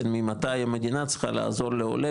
ממתי מדינה צריכה לעזור לעולה,